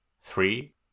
Three